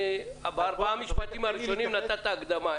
בארבעה משפטים הראשונים נתת הקדמה,